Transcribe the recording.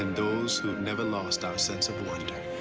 and those who have never lost our sense of wonder